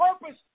purpose